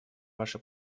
ваши